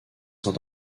saint